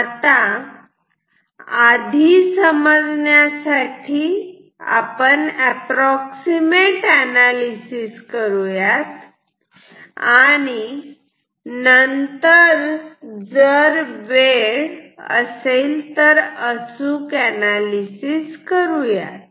आता आधी समजण्यासाठी आपण एप्रॉक्सीमेट अनालिसिस करूयात आणि नंतर जर वेळ असेल तर अचूक अनालिसिस करूयात